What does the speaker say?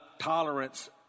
tolerance